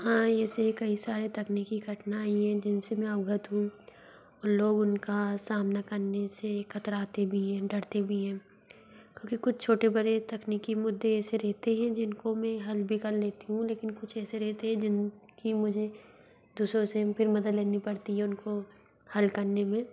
हाँ ऐसे कई सारे तकनीकी कठिनाई हैं जिन से में अवगत हूँ लोग उनका सामना करने से कतराते भी हैं डरते भी हैं क्योंकि कुछ छोटे बड़े तकनीकी मुद्दे एसे रहते हैं जिनको में हल भी कर लेती हूँ लेकिन कुछ ऐसे रहते हें जिन की मुझे दूसरों से फिर मदद लेनी पड़ती है उनको हल करने में